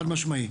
חד משמעית.